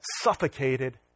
suffocated